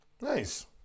Nice